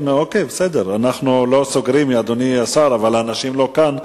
אנחנו לא סוגרים, אדוני השר, אבל אנשים לא כאן.